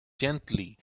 gently